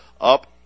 up